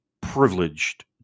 privileged